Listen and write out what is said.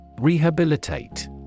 rehabilitate